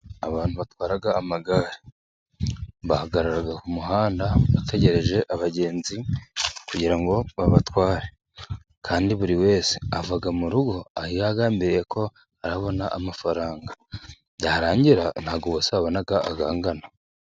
Abantu batwara amagare bahagarara ku muhanda bategereje abagenzi kugira ngo babatware, kandi buri wese ava mu rugo agambiriye ko arabona amafaranga, byarangira ntabwo bose babona angana.